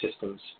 systems